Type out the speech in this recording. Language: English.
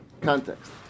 context